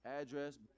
address